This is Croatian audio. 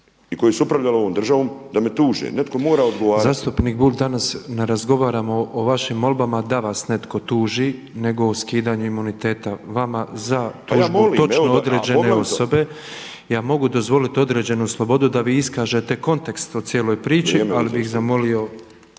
i koji su upravljali ovom državom da me tuže, netko mora odgovarati. **Petrov, Božo (MOST)** Zastupnik Bulj, danas ne razgovaramo o vašim molbama da vas netko tuži nego o skidanju imuniteta vama za tužbu točno određene osobe. Ja mogu dozvoliti određenu slobodu da vi iskažete kontekst o cijeloj priči ali bih zamolio,